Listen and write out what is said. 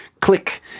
click